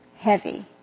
heavy